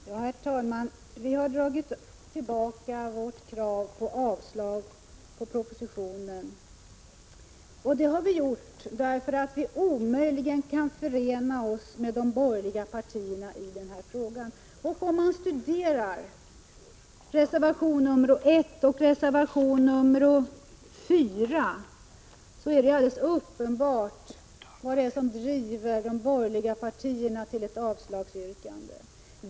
Herr talman! Vi har dragit tillbaka vårt krav på avslag på propositionen därför att vi omöjligen kan förena oss med de borgerliga partierna i den här frågan. Om man studerar reservation 1 och reservation 4 finner man att det är alldeles uppenbart vad som driver de borgerliga partierna till ett avslagsyrkande.